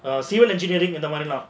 err civil engineering and the money lah